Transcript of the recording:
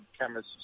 cameras